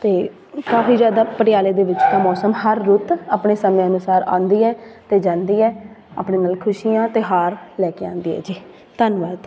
ਅਤੇ ਕਾਫ਼ੀ ਜ਼ਿਆਦਾ ਪਟਿਆਲੇ ਦੇ ਵਿੱਚ ਤਾਂ ਮੌਸਮ ਹਰ ਰੁੱਤ ਆਪਣੇ ਸਮੇਂ ਅਨੁਸਾਰ ਆਉਂਦੀ ਨੇ ਅਤੇ ਜਾਂਦੀ ਹੈ ਆਪਣੇ ਨਾਲ ਖੁਸ਼ੀਆਂ ਤਿਉਹਾਰ ਲੈ ਕੇ ਆਉਂਦੀ ਹੈ ਜੀ ਧੰਨਵਾਦ